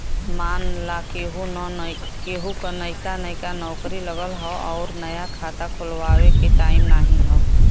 मान ला केहू क नइका नइका नौकरी लगल हौ अउर नया खाता खुल्वावे के टाइम नाही हौ